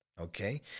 okay